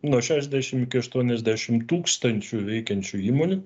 nuo šešiasdešim iki aštuoniasdešim tūkstančių veikiančių įmonių